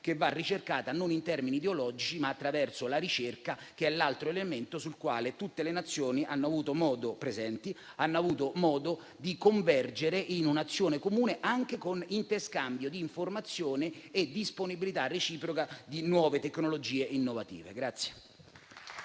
che va perseguita non in termini ideologici, ma attraverso la ricerca, altro elemento sul quale tutte le Nazioni presenti hanno avuto modo di convergere in un'azione comune, anche con interscambio di informazioni e disponibilità reciproca di nuove tecnologie innovative.